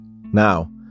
Now